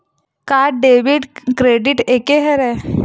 का debit credit एके हरय?